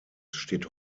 steht